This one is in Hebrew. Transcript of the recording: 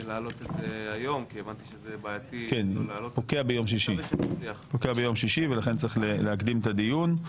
פוקע ביום שישי ולכן צריך להקדים את הדיון,